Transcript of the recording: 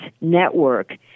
Network